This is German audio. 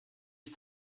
ist